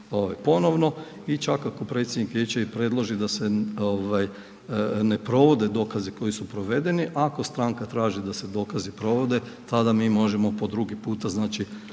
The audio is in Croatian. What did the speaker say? ponovno i čak ako predsjednik vijeća i predloži da se ne provode dokazi koji su provedeni ako stranka traži da se dokazi provode tada mi možemo po drugi puta moramo